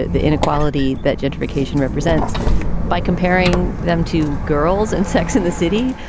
ah the inequality that gentrification represents by comparing them to girls and sex in the city,